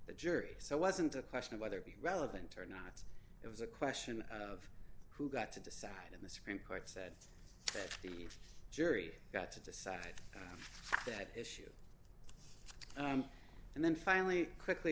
the jury so it wasn't a question of whether it be relevant or not it was a question of who got to decide and the supreme court said to me a jury got to decide that issue and then finally quickly